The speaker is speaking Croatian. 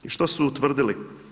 I što su utvrdili?